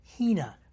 hina